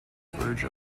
verge